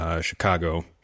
Chicago